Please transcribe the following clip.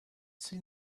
seen